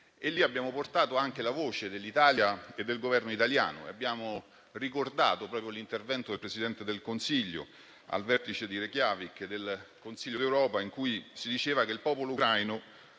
abbiamo portato anche la voce dell'Italia e del Governo italiano. Abbiamo ricordato proprio l'intervento del Presidente del Consiglio al vertice di Reykjavík del Consiglio d'Europa, in cui si diceva che il popolo ucraino